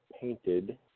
painted